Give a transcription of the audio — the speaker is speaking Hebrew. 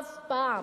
אף פעם.